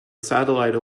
satellite